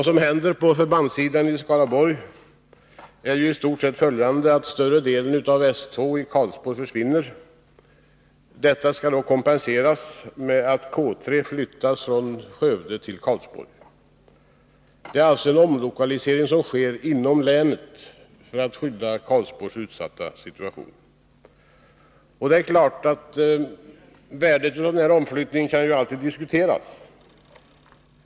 Det som händer på förbandssidan i Skaraborg är i stort sett följande: Större delen av S 2 i Karlsborg försvinner. Detta skall kompenseras med att K3 flyttas från Skövde till Karlsborg. Det är alltså en omlokalisering som sker inom länet för att skydda Karlsborgi dess utsatta situation. Det är klart att värdet av denna omflyttning alltid kan diskuteras.